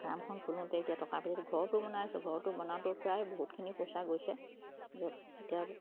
ফাৰ্মখন খুলোঁতে এতিয়া টকা ঘৰটো বনাই আছোঁ ঘৰটো বনাওঁতে প্ৰায় বহুতখিনি পইচা গৈছে যে এতিয়া